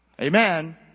Amen